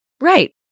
Right